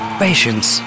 patience